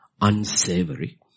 unsavory